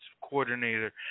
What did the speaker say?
coordinator